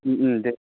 दे